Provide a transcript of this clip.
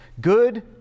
Good